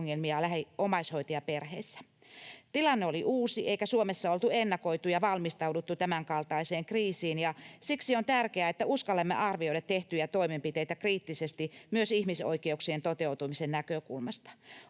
jaksamisongelmia omaishoitajaperheissä. Tilanne oli uusi, eikä Suomessa oltu ennakoitu tämänkaltaista kriisiä eikä valmistauduttu siihen, ja siksi on tärkeää, että uskallamme arvioida tehtyjä toimenpiteitä kriittisesti myös ihmisoikeuksien toteutumisen näkökulmasta.